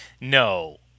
No